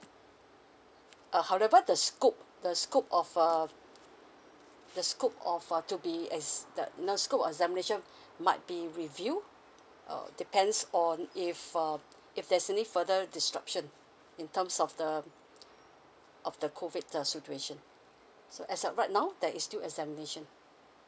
uh however the scope the scope of err the scope of uh to be ex~ the in the scope of examination might be review uh depends on if uh if there's any further disruption in terms of the of the COVID the situation so as of right now there is still examination